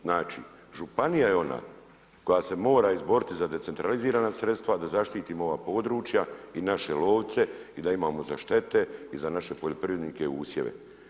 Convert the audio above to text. Znači županija je ona koja se mora izboriti za decentralizirana sredstva da zaštitimo ova područja i naše lovce i da imamo za štete i za naše poljoprivrednike i usjeve.